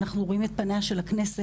אנחנו רואים את פניה של הכנסת,